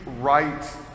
right